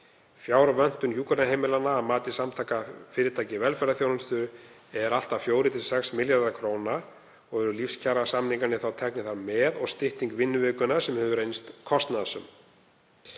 Fjárvöntun hjúkrunarheimilanna, að mati Samtaka fyrirtækja í velferðarþjónustu, er allt að 4–6 milljarðar kr. og eru lífskjarasamningarnir þá teknir þar með og stytting vinnuvikunnar sem hefur reynst kostnaðarsöm.